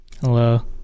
Hello